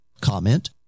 comment